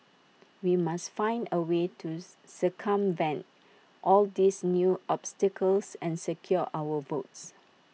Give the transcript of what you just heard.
we must find A way to circumvent all these new obstacles and secure our votes